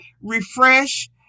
refresh